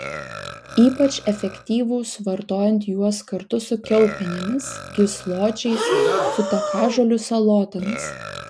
ypač efektyvūs vartojant juos kartu su kiaulpienėmis gysločiais su takažolių salotomis